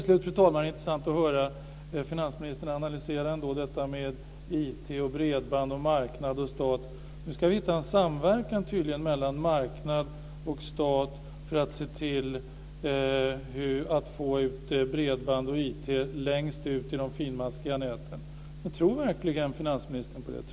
Sedan, fru talman, är det intressant att höra finansministern analysera detta med IT, bredband och marknad respektive stat. Nu ska vi tydligen hitta en samverkan mellan marknad och stat för att se till att få ut bredband och IT längst ut i de finmaskiga näten. Tror verkligen finansministern på detta?